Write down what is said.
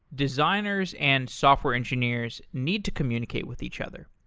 designers and software engineers need to communicate with each other.